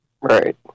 Right